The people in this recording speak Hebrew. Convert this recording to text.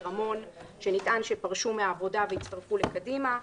וחיים רמון שנטען שפרשו מהעבודה והצטרפו לקדימה.